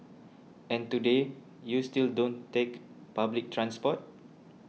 and today you still don't take public transport